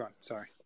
Sorry